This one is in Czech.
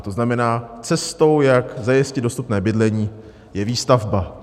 To znamená, cestou, jak zajistit dostupné bydlení, je výstavba.